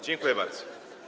Dziękuję bardzo.